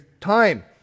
time